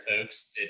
folks